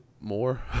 more